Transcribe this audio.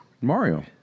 Mario